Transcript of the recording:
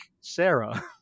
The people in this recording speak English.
sarah